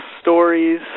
stories